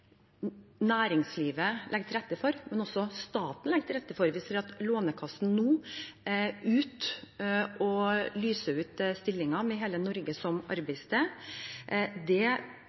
næringslivet legger til rette for, men som også staten legger til rette for – vi ser at Lånekassen nå lyser ut stillinger med hele Norge som arbeidssted